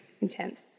intense